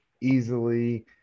easily